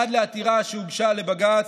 עד לעתירה שהוגשה לבג"ץ,